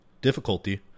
difficulty